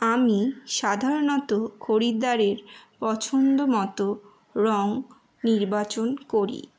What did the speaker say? আমি সাধারণত খরিদ্দারের পছন্দ মতো রং নির্বাচন করি